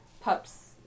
pups